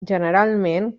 generalment